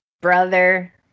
Brother